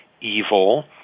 evil